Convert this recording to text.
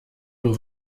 nur